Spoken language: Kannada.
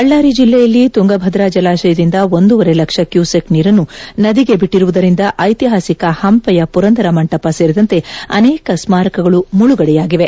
ಬಳ್ಳಾರಿ ಜಿಲ್ಲೆಯಲ್ಲಿ ತುಂಗಭದ್ರಾ ಜಲಾಶಯದಿಂದ ಒಂದೂವರೆ ಲಕ್ಷ ಕ್ಯೂಸೆಕ್ ನೀರನ್ನು ನದಿಗೆ ಬಿಟ್ಟಿರುವುದರಿಂದ ಐತಿಹಾಸಿಕ ಹಂಪೆಯ ಪುರಂದರ ಮಂಟಪ ಸೇರಿದಂತೆ ಅನೇಕ ಸ್ಮಾರಕಗಳು ಮುಳುಗಡೆಯಾಗಿವೆ